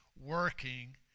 working